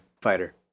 fighter